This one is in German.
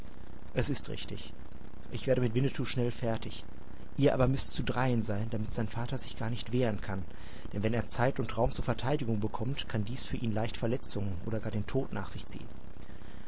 es ist richtig ich werde mit winnetou schnell fertig ihr aber müßt zu dreien sein damit sein vater sich gar nicht wehren kann denn wenn er zeit und raum zur verteidigung bekommt kann dies für ihn leicht verletzungen oder gar den tod nach sich ziehen